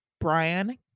Brian